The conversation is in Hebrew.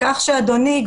כך שאדוני,